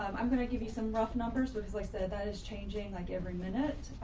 um i'm going to give you some rough numbers because i said that is changing like every minute.